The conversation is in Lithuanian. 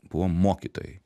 buvo mokytojai